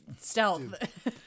Stealth